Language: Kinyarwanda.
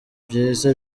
byiza